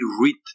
read